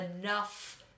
enough